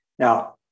Now